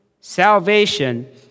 Salvation